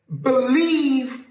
believe